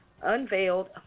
unveiled